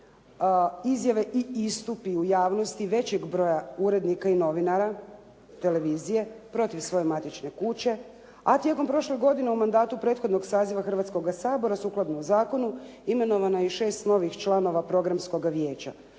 izjave i istupi u javnosti većeg broja urednika i novinara televizije protiv svoje matične kuće. A tijekom prošle godine u mandatu prethodnog saziva Hrvatskoga sabora sukladno zakonu imenovano je i 6 novih članova programskoga vijeća.